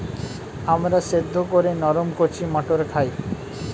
আমরা সেদ্ধ করে নরম কচি মটর খাই